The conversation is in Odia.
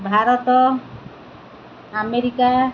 ଭାରତ ଆମେରିକା